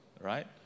right